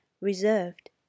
reserved